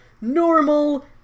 normal